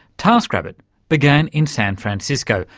taskrabbit began in san francisco,